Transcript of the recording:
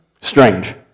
strange